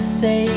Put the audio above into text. say